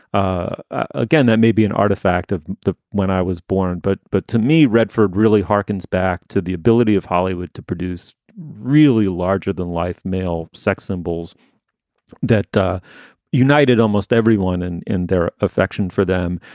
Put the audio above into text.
again, that may be an artifact of the when i was born. but but to me, redford really harkens back to the ability of hollywood to produce really larger than life male sex symbols that united almost everyone and their affection for them.